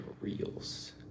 Reels